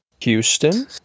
Houston